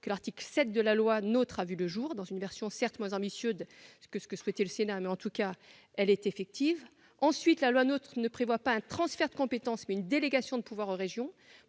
que l'article 7 de la loi NOTRe a vu le jour, dans une version certes moins ambitieuse que ce que souhaitait le Sénat. Ensuite, la loi NOTRe ne prévoit pas un transfert de compétence, mais une délégation de pouvoir aux régions